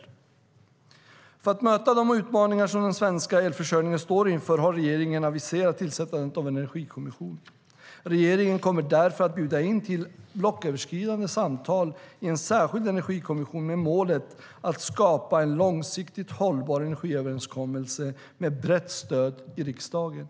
För att möta de utmaningar som den svenska elförsörjningen står inför har regeringen aviserat tillsättandet av en energikommission. Regeringen kommer därför att bjuda in till blocköverskridande samtal i en särskild energikommission med målet att skapa en långsiktigt hållbar energiöverenskommelse med brett stöd i riksdagen.